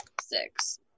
Six